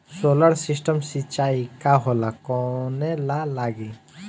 Solar system सिचाई का होला कवने ला लागी?